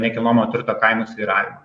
nekilnojamo turto kainų svyravimą